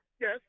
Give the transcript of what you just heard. Yes